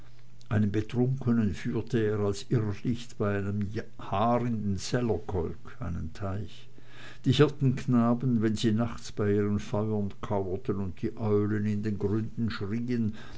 einen betrunkenen führte er als irrlicht bei einem haar in den zellerkolk teich die hirtenknaben wenn sie nachts bei ihren feuern kauerten und die eulen in den gründen